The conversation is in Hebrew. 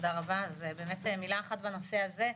מילה אחת בנושא הזה,